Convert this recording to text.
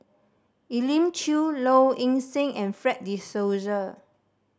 Elim Chew Low Ing Sing and Fred De Souza